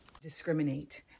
Discriminate